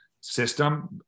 system